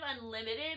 unlimited